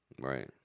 Right